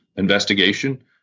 Investigation